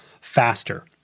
faster